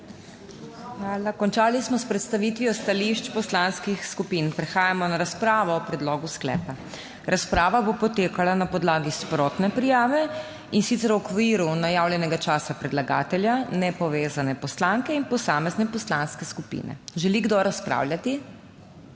HOT: Končali smo s predstavitvijo stališč poslanskih skupin. Prehajamo na razpravo o predlogu sklepa. Razprava bo potekala na podlagi sprotne prijave, in sicer v okviru najavljenega časa predlagatelja, nepovezane poslanke in posamezne poslanske skupine. Želi kdo razpravljati?